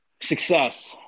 success